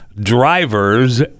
drivers